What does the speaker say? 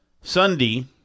Sunday